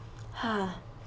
ha